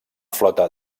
flota